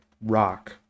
rock